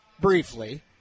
briefly